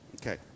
Okay